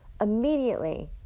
Immediately